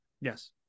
yes